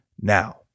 now